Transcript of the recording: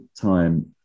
time